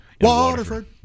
Waterford